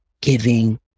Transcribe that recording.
giving